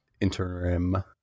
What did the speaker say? interim